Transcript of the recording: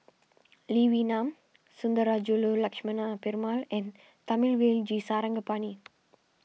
Lee Wee Nam Sundarajulu Lakshmana Perumal and Thamizhavel G Sarangapani